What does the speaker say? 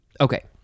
Okay